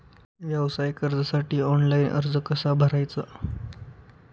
व्यवसाय कर्जासाठी ऑनलाइन अर्ज कसा भरायचा?